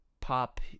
pop